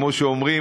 כמו שאומרים,